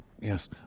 Yes